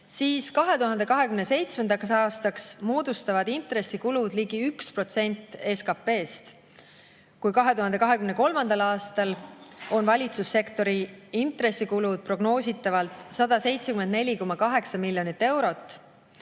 siis 2027. aastaks moodustavad intressikulud ligi 1% SKT‑st. Kui 2023. aastal on valitsussektori intressikulud prognoositavalt 174,8 miljonit eurot,